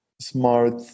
smart